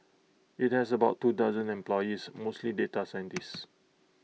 IT has about two dozen employees mostly data scientists